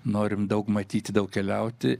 norim daug matyti daug keliauti